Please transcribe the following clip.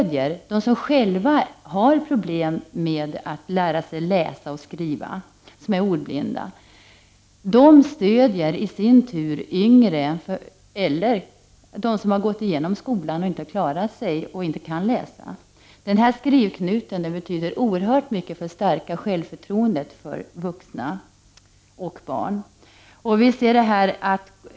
De som själva har problem med att lära sig läsa och skriva, som är ordblinda, stöder i sin tur yngre eller de som har gått igenom skolan och inte har klarat sig, inte kan läsa. Den här Skrivknuten betyder oerhört mycket för att stärka självförtroendet för vuxna och barn. Vi ser det här.